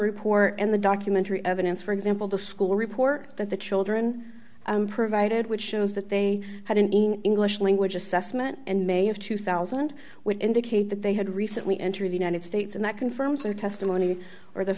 report and the documentary evidence for example the school report that the children provided which shows that they had an english language assessment and may of two thousand would indicate that they had recently entered the united states and that confirms their testimony or the